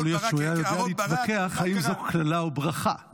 יכול להיות שהוא היה יודע להתווכח אם זאת קללה או ברכה.